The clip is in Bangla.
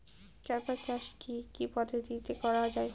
কার্পাস চাষ কী কী পদ্ধতিতে করা য়ায়?